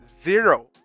zero